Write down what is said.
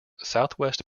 southwest